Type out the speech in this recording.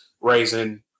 raising